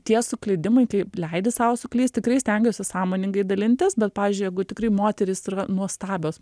tie suklydimai kai leidi savo suklyst tikrai stengiuosi sąmoningai dalintis bet pavyzdžiui jeigu tikrai moterys yra nuostabios